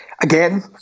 Again